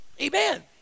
amen